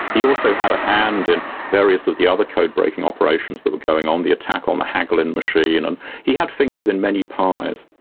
he also had a hand in various of the other code breaking operations that were going on, the attack on the hagelin machine. and he had fingers in many pies.